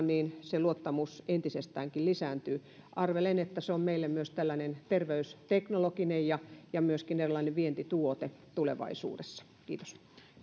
niin se luottamus entisestäänkin lisääntyy arvelen että se on meille myös tällainen terveysteknologinen ja ja myöskin eräänlainen vientituote tulevaisuudessa kiitos